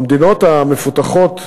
במדינות המפותחות,